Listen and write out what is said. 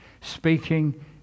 speaking